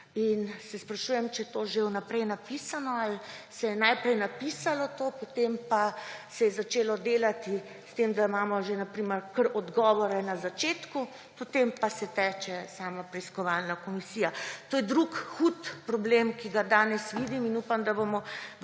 In se sprašujem, če je to že vnaprej napisano ali se je najprej napisalo to, potem pa se je začelo delati, s tem da imamo že odgovore kar na začetku, potem pa teče še sama preiskovalna komisija. To je drug hud problem, ki ga danes vidim, in upam, da bomo v